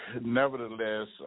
nevertheless